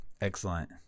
Excellent